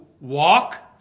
walk